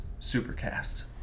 Supercast